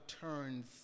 turns